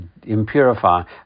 impurify